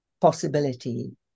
possibility